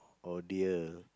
oh dear